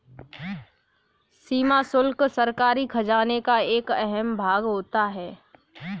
सीमा शुल्क सरकारी खजाने का एक अहम भाग होता है